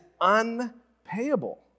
unpayable